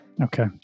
Okay